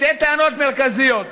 שתי טענות מרכזיות.